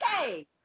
okay